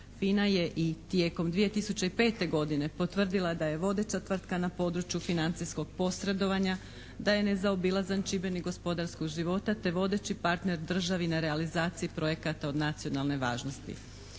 FINA je i tijekom 2005. godine potvrdila da je vodeća tvrtka na području financijskog posredovanja, da je nezaobilazan čimbenik gospodarskog života, te vodeći partner državi na realizaciji projekata od nacionalne važnosti.